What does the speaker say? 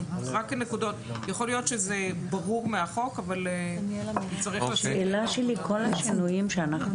יכול להיות שזה ברור מהחוק אבל צריך --- כל השינויים שאנחנו